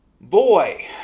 Boy